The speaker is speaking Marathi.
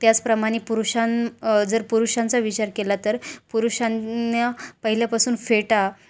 त्याचप्रमाणे पुरुषां जर पुरुषांचा विचार केला तर पुरुषांना पहिल्यापासून फेटा